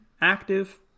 active